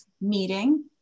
meeting